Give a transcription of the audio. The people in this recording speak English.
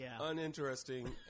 uninteresting